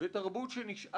רק בשתי פניות נמצאה